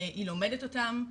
היא לומדת אותם,